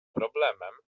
problemem